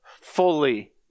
fully